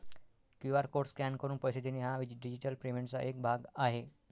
QR code scan करून पैसे देणे हा डिजिटल पेमेंटचा एक भाग आहे